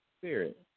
Spirit